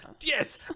Yes